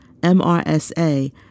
MRSA